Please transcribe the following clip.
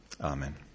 Amen